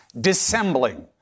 dissembling